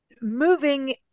moving